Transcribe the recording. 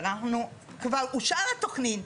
אבל אנחנו כבר אושר התכנית,